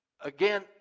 again